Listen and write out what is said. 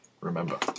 Remember